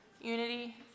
unity